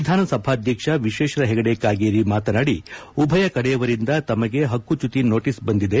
ವಿಧಾನಸಭಾಧ್ಯಕ್ಷ ವಿಶ್ವೇಶ್ವರ ಹೆಗಡೆ ಕಾಗೇರಿ ಮಾತನಾಡಿ ಉಭಯ ಕಡೆಯವರಿಂದ ತಮಗೆ ಹಕ್ಕು ಚ್ಯುತಿ ನೋಟಸ್ ಬಂದಿದೆ